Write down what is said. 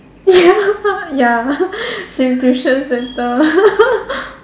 ya ya same tuition center